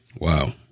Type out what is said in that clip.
Wow